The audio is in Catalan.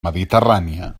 mediterrània